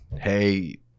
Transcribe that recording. Hey